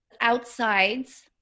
outsides